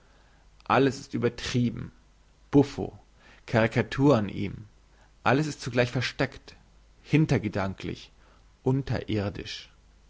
alles ist übertrieben buffo karikatur an ihm alles ist zugleich versteckt hintergedanklich unterirdisch